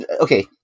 okay